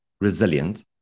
resilient